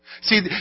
See